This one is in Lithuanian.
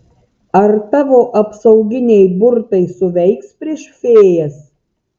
ar tavo apsauginiai burtai suveiks prieš fėjas